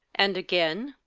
and again,